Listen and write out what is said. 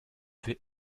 vais